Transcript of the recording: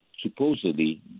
supposedly